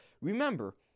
Remember